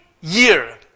year